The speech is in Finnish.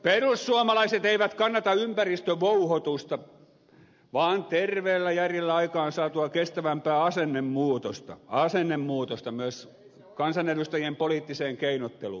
perussuomalaiset eivät kannata ympäristövouhotusta vaan terveellä järjellä aikaansaatua kestävämpää asennemuutosta asennemuutosta myös kansanedustajien poliittiseen keinotteluun